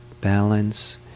balance